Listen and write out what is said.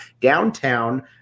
downtown